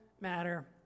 matter